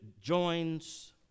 joins